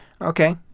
Okay